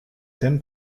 thème